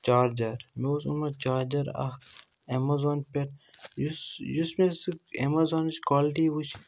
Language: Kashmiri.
چارجر مےٚ اوس اوٚنمُت چارجر اکھ ایمیزان پٮ۪ٹھ یُس یُس مےٚ سُہ اٮ۪مازانٕچ کولٹی وٕچھ